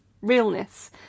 realness